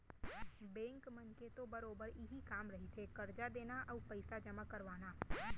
bank मन के तो बरोबर इहीं कामे रहिथे करजा देना अउ पइसा जमा करवाना